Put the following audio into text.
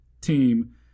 team